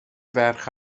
ferch